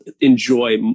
enjoy